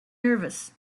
nervous